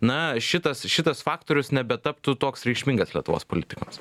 na šitas šitas faktorius nebetaptų toks reikšmingas lietuvos politikams